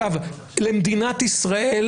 למדינת ישראל